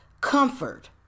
comfort